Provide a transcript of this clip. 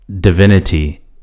divinity